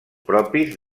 propis